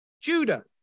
Judah